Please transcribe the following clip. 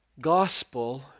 gospel